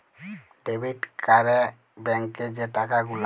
debit ক্যরে ব্যাংকে যে টাকা গুলা